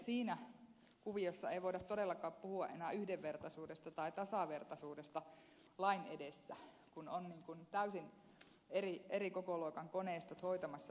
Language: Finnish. siinä kuviossa ei voida todellakaan puhua enää yhdenvertaisuudesta tai tasavertaisuudesta lain edessä kun on täysin eri kokoluokan koneistot hoitamassa asioita